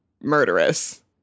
murderous